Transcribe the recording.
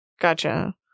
Gotcha